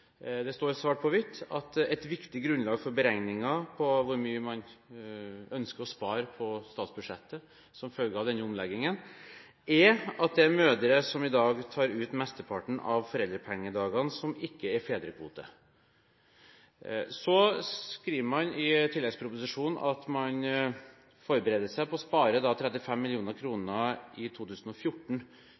Det står svart på hvitt at et viktig grunnlag for beregningen for hvor mye man ønsker å spare på statsbudsjettet som følge av denne omleggingen, er at det er mødre som i dag tar ut mesteparten av foreldrepengedagene som ikke er fedrekvote. Så skriver man i tilleggsproposisjonen at man forbereder seg på å spare 35 mill. kr i 2014